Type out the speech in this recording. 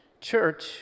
church